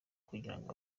kugirango